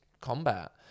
combat